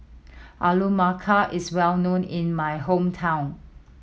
Alu Matar is well known in my hometown